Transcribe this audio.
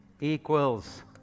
Equals